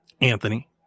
anthony